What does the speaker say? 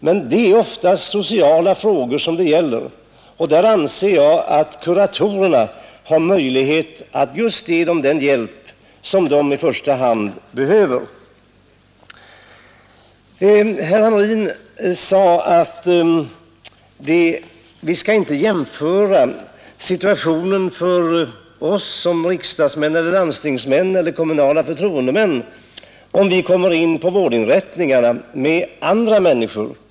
Deras problem gäller dock oftast sociala frågor, och där anser jag att kuratorerna har möjlighet att ge just den hjälp som i första hand behövs. Herr Hamrin sade att vi inte skall jämföra situationen för oss som riksdagsmän, landstingsmän eller kommunala förtroendemän om vi kommer in på vårdinrättningar med andra människors situation.